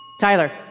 Tyler